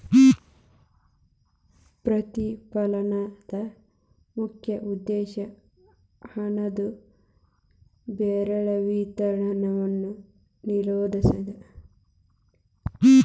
ಪ್ರತಿಫಲನದ ಮುಖ್ಯ ಉದ್ದೇಶ ಹಣದುಬ್ಬರವಿಳಿತವನ್ನ ನಿಲ್ಸೋದು